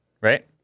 right